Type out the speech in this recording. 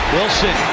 Wilson